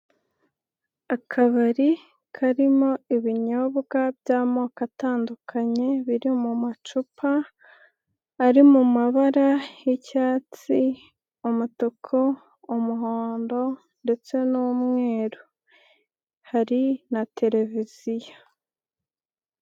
Akabari karimo ibinyobwa by'amoko atandukanye biri mu macupa, ari mu mabara y'icyatsi, umutuku, umuhondo, ndetse n'umweru, Hari na televiziyo.